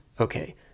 okay